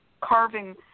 carving